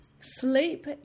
sleep